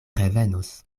revenos